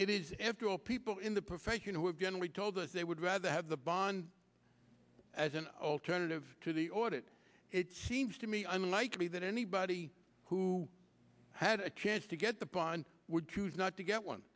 it is after all people in the profession who have generally told us they would rather have the bond as an alternative to the audit it seems to me unlikely that anybody who had a chance to get the pond would choose not to get one